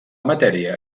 matèria